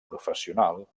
professional